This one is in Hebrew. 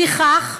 לפיכך,